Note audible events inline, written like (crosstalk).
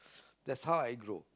(breath) that's how I grow